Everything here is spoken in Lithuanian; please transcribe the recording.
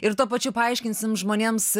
ir tuo pačiu paaiškinsim žmonėms